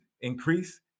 increase